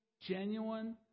genuine